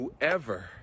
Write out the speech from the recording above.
whoever